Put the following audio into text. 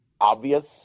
obvious